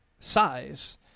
size